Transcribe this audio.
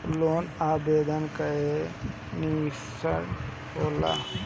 Loan आवेदन काहे नीरस्त हो जाला?